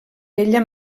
ella